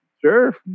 Sure